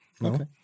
No